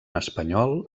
espanyol